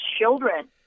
children